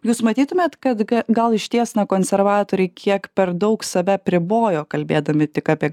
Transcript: jūs matytumėt kad gal išties konservatoriai kiek per daug save apribojo kalbėdami tik apie